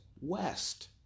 west